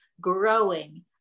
growing